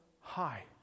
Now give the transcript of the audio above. high